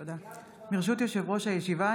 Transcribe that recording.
ברשות יושב-ראש הישיבה,